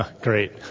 Great